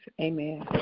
Amen